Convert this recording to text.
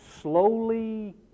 slowly